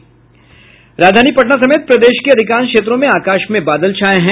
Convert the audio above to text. राजधानी पटना समेत प्रदेश के अधिकांश क्षेत्रों में आकाश में बादल छाये हुए हैं